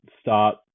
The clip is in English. start